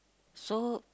so